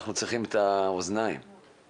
שציינת רק